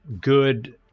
good